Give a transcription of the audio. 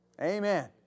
Amen